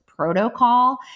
protocol